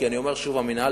כי אני אומר שוב: המינהל,